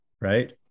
Right